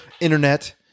internet